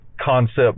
concept